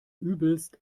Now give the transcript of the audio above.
übelst